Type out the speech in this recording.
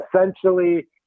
essentially